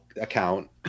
account